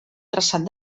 traçat